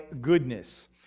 goodness